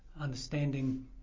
understanding